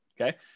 Okay